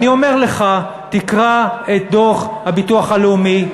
אני אומר לך, תקרא את דוח הביטוח הלאומי.